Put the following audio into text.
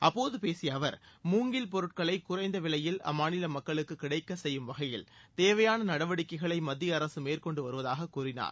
அப்போது பேசிய அவர் மூங்கில் பொருட்களை குறைந்த விலையில் அம்மாநில மக்களுக்கு கிடைக்க செய்யும் வகையில் தேவையான நடவடிக்கைகளை மத்திய அரசு மேற்கொண்டு வருவதாக கூறினார்